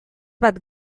bat